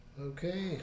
Okay